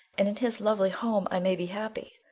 and in his lovely home i may be happy.